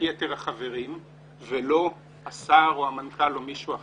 יתר החברים ולא השר או המנכ"ל או מישהו אחר,